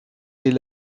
est